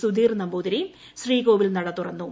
സുധീർ നമ്പൂതിരി ശ്രീകോവിൽ നട തുറന്നു